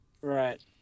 Right